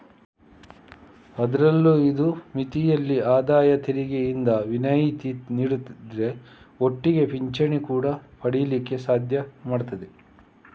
ಅದ್ರಲ್ಲೂ ಇದು ಮಿತಿಯಲ್ಲಿ ಆದಾಯ ತೆರಿಗೆಯಿಂದ ವಿನಾಯಿತಿ ನೀಡುದ್ರ ಒಟ್ಟಿಗೆ ಪಿಂಚಣಿ ಕೂಡಾ ಪಡೀಲಿಕ್ಕೆ ಸಾಧ್ಯ ಮಾಡ್ತದೆ